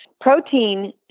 Protein